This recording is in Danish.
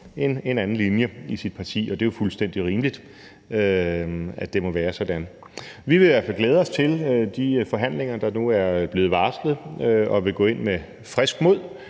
for en anden linje i sit parti, og det er jo fuldstændig rimeligt, at det må være sådan. Vi vil i hvert fald glæde os til de forhandlinger, der nu er blevet varslet, og vi vil gå ind med frisk mod